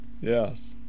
yes